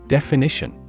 Definition